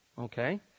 Okay